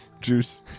Juice